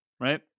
right